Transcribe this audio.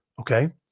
Okay